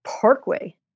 parkway